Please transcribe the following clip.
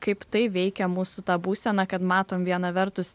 kaip tai veikia mūsų tą būseną kad matom viena vertus